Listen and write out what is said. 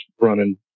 running